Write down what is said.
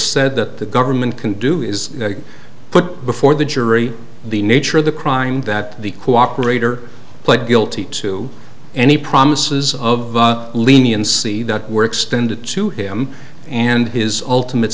said that the government can do is to put before the jury the nature of the crime that the cooperate or pled guilty to any promises of leniency that were extended to him and his ultimate